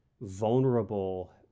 vulnerable